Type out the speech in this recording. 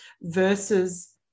versus